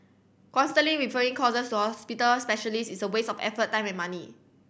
constantly referring causes to hospital specialists is a waste of effort time and money